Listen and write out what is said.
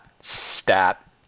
stat